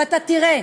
ואתה תראה